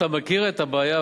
אתה מכיר את הבעיה,